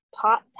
pot